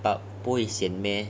but 不会 sian meh